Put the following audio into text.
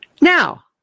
Now